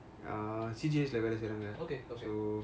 uh C_G_S வேலை சேருங்க:velai seiranga